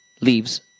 leaves